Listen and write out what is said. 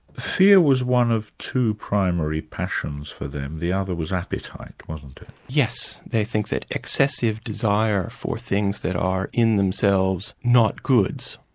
fear was one of two primary passions for them, the other was appetite, wasn't it? yes, they think that excessive desire for things that are in themselves not goods,